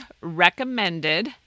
recommended